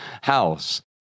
house